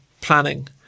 Planning